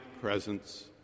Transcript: presence